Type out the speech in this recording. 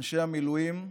אנשי המילואים,